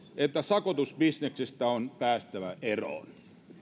että sakotusbisneksestä on päästävä eroon